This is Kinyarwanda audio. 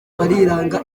bariranga